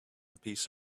piece